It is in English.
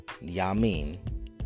yamin